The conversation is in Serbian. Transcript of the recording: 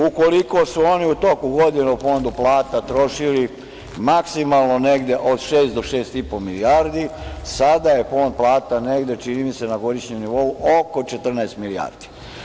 Ukoliko su oni u toku godine u fondu plata trošili maksimalno negde od šest do šest i po milijardi sada je fond plata negde, čini mi se, na godišnjem nivou oko 14 milijardi.